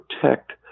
protect